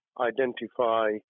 identify